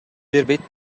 бербейт